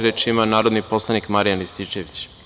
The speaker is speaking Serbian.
Reč ima narodni poslanik Marijan Rističević.